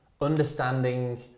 understanding